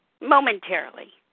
momentarily